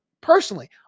personally